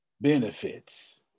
benefits